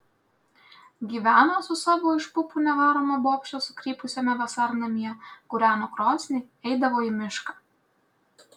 gyveno su savo iš pupų nevaroma bobše sukrypusiame vasarnamyje kūreno krosnį eidavo į mišką